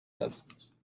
substance